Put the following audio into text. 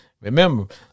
Remember